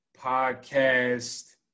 podcast